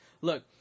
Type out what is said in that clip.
Look